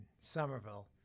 Somerville